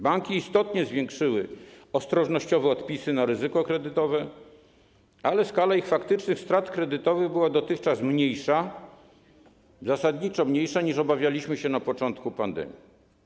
Banki istotnie zwiększyły ostrożnościowe odpisy na ryzyko kredytowe, ale skala ich faktycznych strat kredytowych była dotychczas mniejsza, zasadniczo mniejsza, niż obawialiśmy się na początku pandemii.